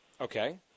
Okay